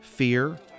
fear